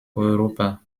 europa